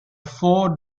four